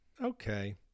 Okay